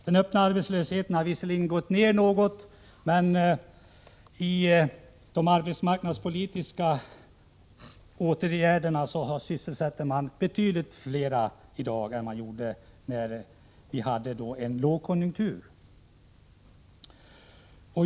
Den öppna arbetslösheten har visserligen gått ned något, men i de arbetsmarknadspolitiska åtgärderna sysselsätts betydligt fler i dag än när vi hade lågkonjunktur.